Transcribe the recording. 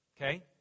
Okay